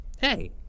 Hey